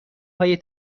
های